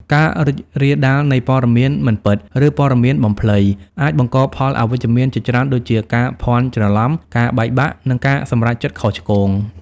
ការរីករាលដាលនៃ ព័ត៌មានមិនពិត ឬព័ត៌មានបំភ្លៃ អាចបង្កផលអវិជ្ជមានជាច្រើនដូចជា ការភ័ន្តច្រឡំ ការបែកបាក់ និងការសម្រេចចិត្តខុសឆ្គង។